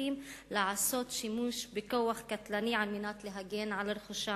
לאזרחים לעשות שימוש בכוח קטלני על מנת להגן על רכושם.